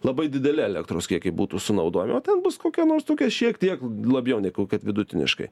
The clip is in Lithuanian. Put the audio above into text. labai dideli elektros kiekiai būtų sunaudojami o ten bus kokie nors tokie šiek tiek labiau negu kad vidutiniškai